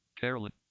Carolyn